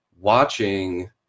watching